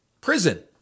Prison